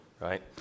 right